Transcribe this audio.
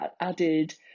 added